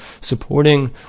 supporting